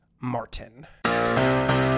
Martin